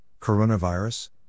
Coronavirus